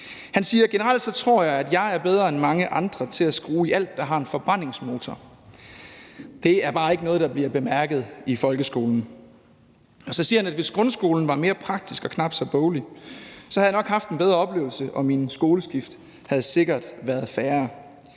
Han siger: »Generelt tror jeg, at jeg er bedre end mange andre til at skrue i alt, der har en forbrændingsmotor ... Det er bare ikke noget, der bliver bemærket i skolen.« Så siger han også: »Hvis grundskolen var mere praktisk og knap så boglig, havde jeg nok haft en bedre oplevelse, og mine skoleskift havde sikkert også været færre.«